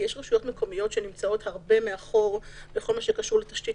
כי יש רשויות מקומיות שנמצאות הרבה מאחור בכל הקשור לתשתית